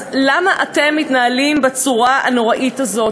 אז למה אתם מתנהלים בצורה הנוראית הזאת?